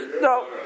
No